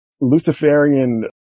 Luciferian